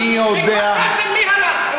אני יודע, בכפר-קאסם מי הלך?